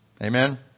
Amen